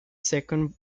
second